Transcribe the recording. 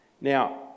Now